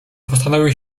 postanowił